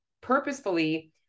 purposefully